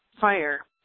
fire